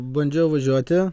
bandžiau važiuoti